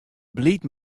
bliid